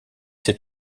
ces